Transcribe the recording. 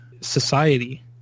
society